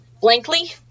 blankly